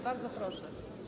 Bardzo proszę.